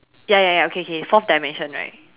ya ya ya okay okay fourth dimension right